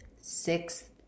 sixth